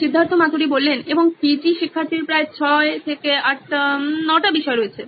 Siddharth Maturi CEO নইন electronics এবং PG শিক্ষার্থীর প্রায় 6 থেকে 8 9 টি বিষয় রয়েছে